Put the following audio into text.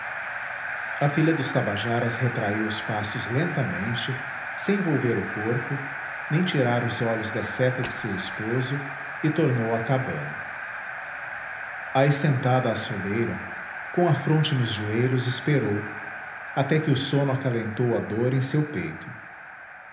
a filha dos tabajaras retraiu os passos lentamente sem volver o corpo nem tirar os olhos da seta de seu esposo e tornou à cabana aí sentada à soleira com a fronte nos joelhos esperou até que o sono acalentou a dor em seu peito